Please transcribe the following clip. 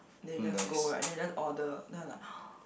then you just go right then you just order then I was like